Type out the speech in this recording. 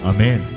Amen